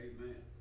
Amen